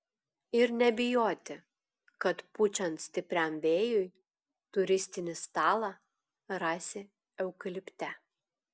ir nebijoti kad pučiant stipriam vėjui turistinį stalą rasi eukalipte